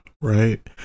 right